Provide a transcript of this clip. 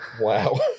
wow